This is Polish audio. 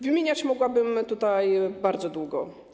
Wymieniać mogłabym tutaj bardzo długo.